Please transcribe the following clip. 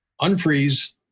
unfreeze